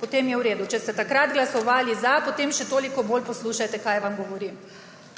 potem je v redu, če ste takrat glasovali za, potem še toliko bolj poslušajte, kaj vam govorim.